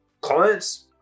clients